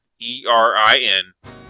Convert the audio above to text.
E-R-I-N